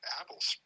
apples